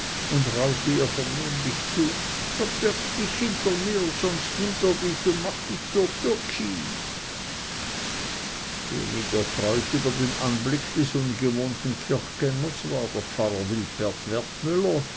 und raunte ihr vernehmlich zu verbirg dich hinter mir sonst nimmt er dich und macht dich zur türkin weniger erfreut über den anblick des ungewohnten kirchgängers war der pfarrer wilpert wertmüller